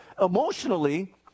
emotionally